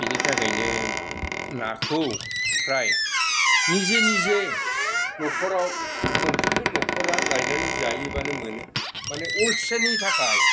बिनि थाखायनो नाखौ फ्राय निजे निजे न'खराव मोनफ्रोमबो न'खरा लायनानै जायोबानो मोनो माने अलसियानि थाखाय